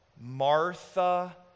Martha